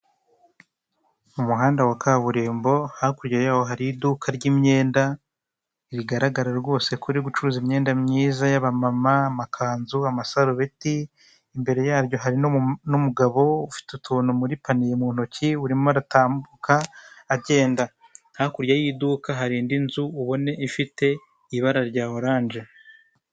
Umuhanda wa kaburimbo hakurya yaho hari iduka ry'imyenda, bigaragara rwose ko uri gucuruza imyenda myiza y'abamama n'amakanzu amasarubeti imbere yaryo hari n'umugabo ufite utuntu muri paniya mu ntoki urimo aratambuka agenda, hakurya y'iduka hari indi nzu ubone ifite ibara rya orange.